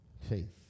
Faith